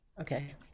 Okay